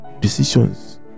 decisions